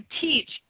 teach